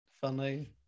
Funny